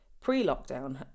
pre-lockdown